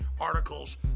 articles